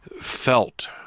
felt